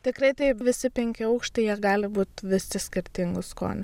tikrai taip visi penki aukštai jie gali būt visi skirtingų skonių